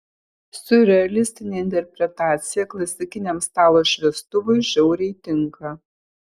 siurrealistinė interpretacija klasikiniam stalo šviestuvui žiauriai tinka